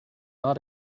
not